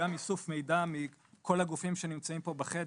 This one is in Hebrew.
גם איסוף מידע מכל הגופים שנמצאים פה בחדר,